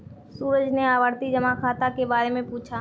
सूरज ने आवर्ती जमा खाता के बारे में पूछा